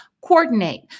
coordinate